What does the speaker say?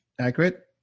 accurate